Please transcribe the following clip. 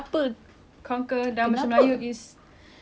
benda tu lah saya nak conquer saya nak conquer fear saya